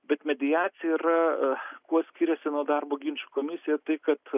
bet mediacija yra kuo skiriasi nuo darbo ginčų komisijos tai kad